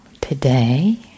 today